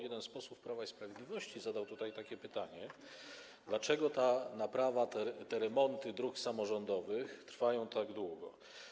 Jeden z posłów Prawa i Sprawiedliwości zadał tutaj takie pytanie: Dlaczego ta naprawa, te remonty dróg samorządowych trwają tak długo?